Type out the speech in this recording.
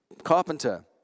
carpenter